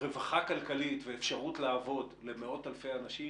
רווחה כלכלית ואפשרות לעבוד למאות אלפי אנשים,